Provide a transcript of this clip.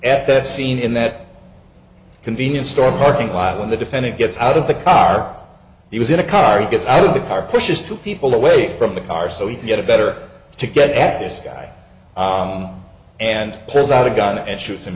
at that scene in that convenience store parking lot when the defendant gets out of the car he was in a car gets out of the car pushes two people away from the car so he can get a better to get at this guy and preside a gun and shoot